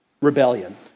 rebellion